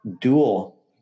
dual